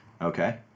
Okay